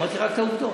אמרתי רק את העובדות.